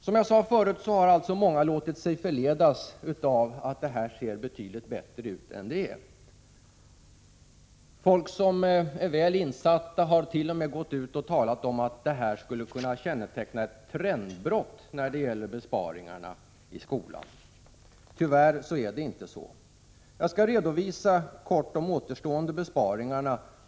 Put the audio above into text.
Som jag sade förut har många låtit sig förledas av att detta ser betydligt bättre ut än det är. Folk som är väl insatta hart.o.m. gått ut och talat om att det skulle vara fråga om ett trendbrott när det gäller besparingarna i skolan. Tyvärr är det inte så. Jag skall kort redovisa de återstående besparingarna.